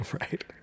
Right